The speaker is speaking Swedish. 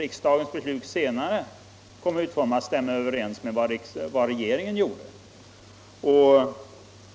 Inte heller den senare utformningen av riksdagens beslut stämmer överens med vad regeringen gjorde.